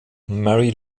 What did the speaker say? mary